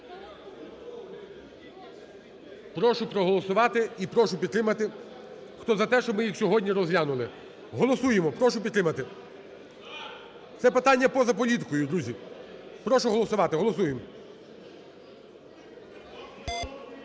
Прошу проголосувати і прошу підтримати, хто за те, щоб ми їх сьогодні розглянули. Голосуємо. Прошу підтримати. Це питання поза політикою, друзі. Прошу голосувати. Голосуємо.